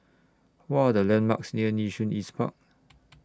What Are The landmarks near Nee Soon East Park